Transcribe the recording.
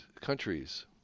countries